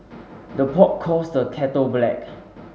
the pot calls the kettle black